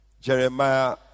Jeremiah